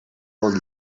del